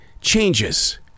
changes